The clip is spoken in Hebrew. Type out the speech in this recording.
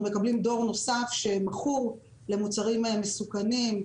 מקבלים דור נוסף שמכור למוצרים מסוכנים,